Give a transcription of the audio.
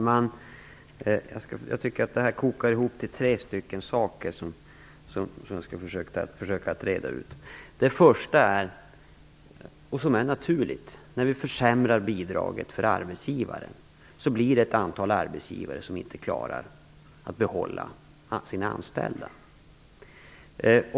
Herr talman! Det är tre saker som kokar ihop i den här debatten, och jag skall försöka reda ut dem. Det första är, vilket är naturligt, att när vi försämrar bidraget för arbetsgivaren kommer ett antal arbetsgivare inte att klara av att behålla sina anställda.